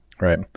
Right